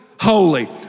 holy